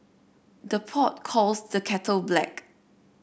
the pot calls the kettle black